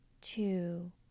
two